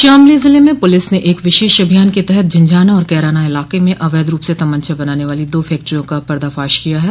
शामली ज़िले में पुलिस ने एक विशेष अभियान के तहत झिंझाना और कैराना इलाके में अवैध रूप से तमंचा बनाने वाली दो फैक्ट्रियों का पर्दाफाश किया है